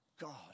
God